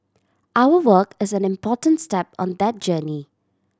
our work is an important step on that journey